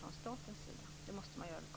Det måste göras lokalt.